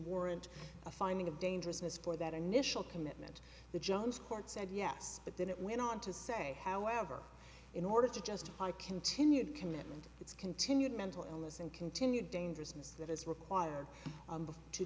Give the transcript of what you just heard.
warrant a finding of dangerousness for that initial commitment the jones court said yes but then it went on to say however in order to justify continued commitment its continued mental illness and continued dangerousness that is required